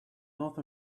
north